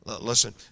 Listen